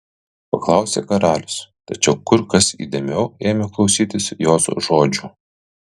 paklausė karalius tačiau kur kas įdėmiau ėmė klausytis jos žodžių